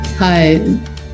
Hi